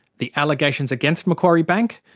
the allegations against macquarie bank?